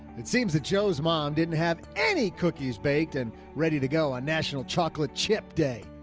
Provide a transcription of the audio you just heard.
it seems that joe's mom didn't have any cookies baked and ready to go on national chocolate chip day.